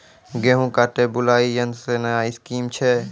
गेहूँ काटे बुलाई यंत्र से नया स्कीम छ?